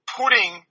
putting